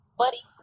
buddy